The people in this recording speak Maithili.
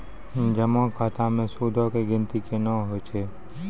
जमा खाता मे सूदो के गिनती केना होय छै?